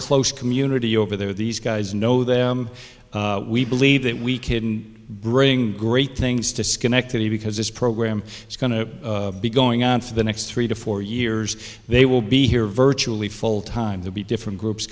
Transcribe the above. close community over there these guys know them we believe that we can bring great things disconnected because this program its gonna be going on to the next three to four years they will be here virtually full time to be different groups